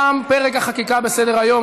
תם פרק החקיקה בסדר-היום.